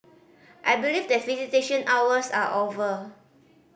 I believe that visitation hours are over